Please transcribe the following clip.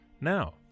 Now